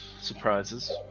surprises